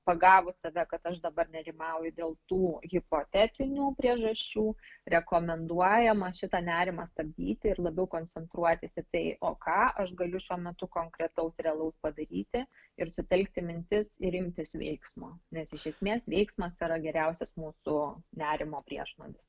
pagavus save kad aš dabar nerimauju dėl tų hipotetinių priežasčių rekomenduojama šitą nerimą stabdyti ir labiau koncentruotis į tai o ką aš galiu šiuo metu konkretaus realaus padaryti ir sutelkti mintis ir imtis veiksmo nes iš esmės veiksmas yra geriausias mūsų nerimo priešnuodis